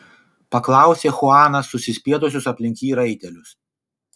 paklausė chuanas susispietusius aplink jį raitelius